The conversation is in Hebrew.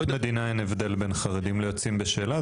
מדינה אין הבדל בין חרדים ליוצאים בשאלה,